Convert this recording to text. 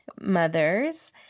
mother's